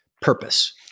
purpose